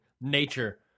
nature